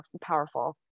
powerful